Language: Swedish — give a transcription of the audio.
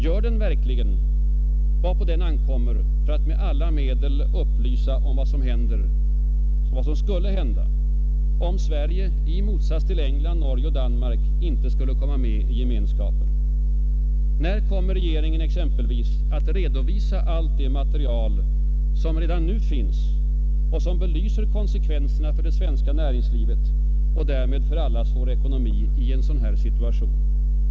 Gör den verkligen vad på den ankommer för att med alla medel upplysa om vad som händer om Sverige — i motsats till England, Norge och Danmark — inte kommer med i gemenskapen? När kommer regeringen exempelvis att redovisa allt det material som redan nu finns och som belyser konsekvenserna för det svenska näringslivet och därmed för allas vår ekonomi i en sådan här situation?